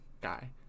guy